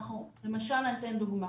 למשל, אני אתן דוגמה,